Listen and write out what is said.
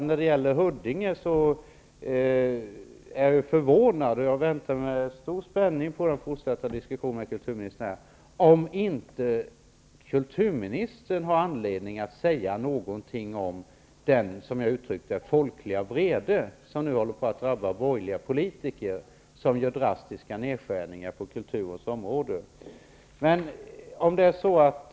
När det gäller Huddinge blir jag förvånad om kulturministern inte har anledning att säga något om den, som jag uttryckte det, folkliga vrede som nu håller på att drabba borgerliga politiker som gör drastiska nedskärningar på kulturens område. Jag väntar med stor spänning på den fortsatta diskussionen med kulturministern.